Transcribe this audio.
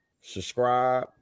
subscribe